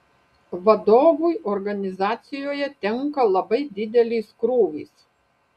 vadovui organizacijoje tenka labai didelis krūvis